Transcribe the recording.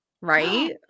Right